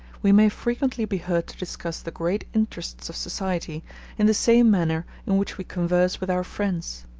we may frequently be heard to discuss the great interests of society in the same manner in which we converse with our friends.